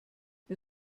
wir